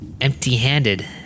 Empty-handed